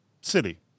city